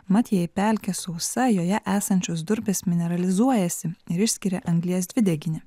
mat jei pelkė sausa joje esančios durpės mineralizuojasi ir išskiria anglies dvideginį